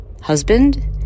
husband